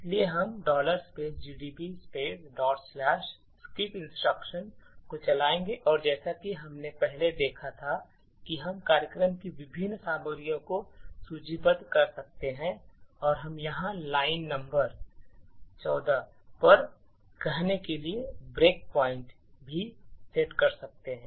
इसलिए हम gdb skipstruction को चलाएंगे और जैसा कि हमने पहले देखा था कि हम कार्यक्रम की विभिन्न सामग्रियों को सूचीबद्ध कर सकते हैं और हम यहां लाइन नंबर 14 पर कहने के लिए ब्रेक प्वाइंट भी सेट कर सकते हैं